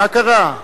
מה קרה?